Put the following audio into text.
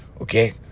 Okay